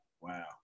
Wow